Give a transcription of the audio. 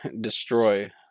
destroy